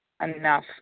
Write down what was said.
enough